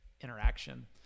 interaction